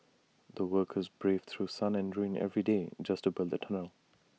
the workers braved through sun and rain every day just to build the tunnel